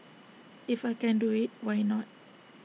if I can do IT why not